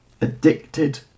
addicted